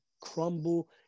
crumble